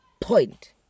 Point